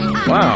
Wow